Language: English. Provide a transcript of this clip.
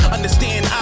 Understand